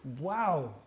Wow